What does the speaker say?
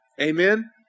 Amen